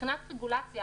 מבחינת רגולציה